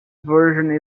version